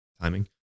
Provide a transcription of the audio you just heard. timing